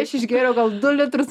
aš išgėriau gal du litrus